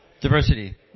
diversity